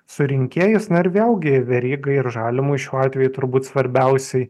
surinkėjus na ir vėlgi verygai ir žalimui šiuo atveju turbūt svarbiausiai